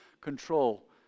control